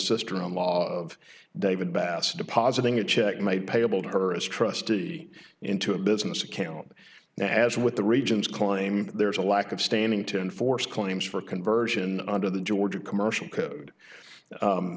sister in law of david bassett depositing a check made payable to her as trustee into a business account as with the region's claim there is a lack of standing to enforce claims for conversion under the ga commercial code